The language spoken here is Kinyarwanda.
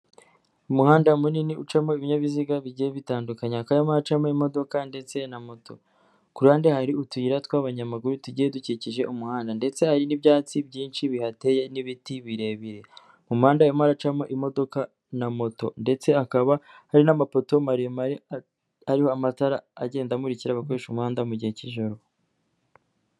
Umuhanda munini ucamo ibinyabiziga bijye bitandukanyekanya kayuma hacamomo ndetse na moto, ku ruhande hari utuyira tw'abanyamaguru tugiye dukikije umuhanda, ndetse hari n'ibyatsi byinshi bihateye n'ibiti birebire. Umuhandama ucamo imodoka na moto ndetse hakaba hari n'amapoto maremare, hari amatara agenda amurikira abakoresha umuhanda mu gihe cy'ijoro.